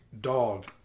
Dog